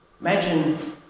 Imagine